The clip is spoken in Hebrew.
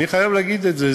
אני חייב להגיד את זה,